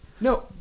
No